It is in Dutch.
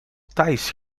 thais